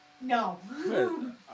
No